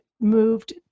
moved